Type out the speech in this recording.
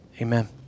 Amen